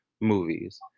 movies